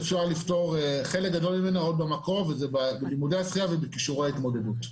חלק גדול ממנה אפשר לפתור בשיעורי השחייה ובכישורי ההתמודדות,